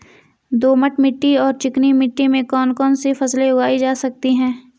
दोमट मिट्टी और चिकनी मिट्टी में कौन कौन सी फसलें उगाई जा सकती हैं?